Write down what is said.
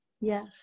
yes